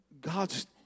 God's